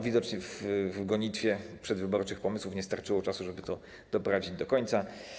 Widocznie w gonitwie przedwyborczych pomysłów nie starczyło czasu, żeby to doprowadzić do końca.